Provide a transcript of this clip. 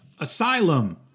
Asylum